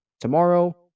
tomorrow